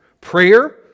prayer